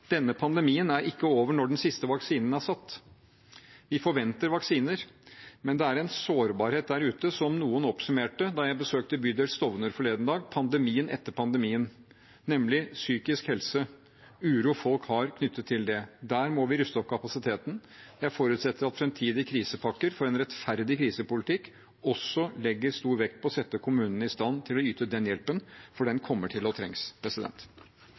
denne pandemien ikke er over når den siste vaksinen er satt. Vi forventer vaksiner, men det er en sårbarhet der ute som noen da jeg besøkte bydel Stovner forleden dag, oppsummerte som pandemien etter pandemien, nemlig psykisk helse og uro folk har knyttet til det. Der må vi ruste opp kapasiteten. Jeg forutsetter at framtidige krisepakker for en rettferdig krisepolitikk også legger stor vekt på å sette kommunene i stand til å yte den hjelpen, for den kommer til å